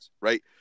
Right